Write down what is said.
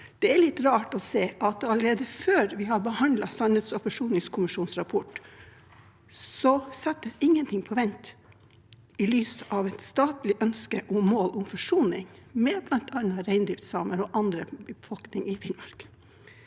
Det er litt rart å se at allerede før vi har behandlet sannhets- og forsoningskommisjonens rapport, settes ingenting på vent i lys av et statlig ønske og mål om forsoning med bl.a. reindriftssamer og annen befolkning i Finnmark.